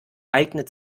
eignet